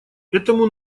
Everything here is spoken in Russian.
этому